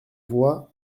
voix